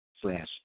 slash